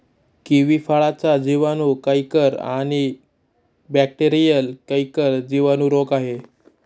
kiwi फळाचा जिवाणू canker आणि बॅक्टेरीयल कैंकर जिवाणू रोग आहे